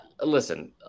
listen